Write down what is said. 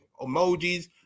emojis